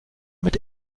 mit